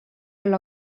all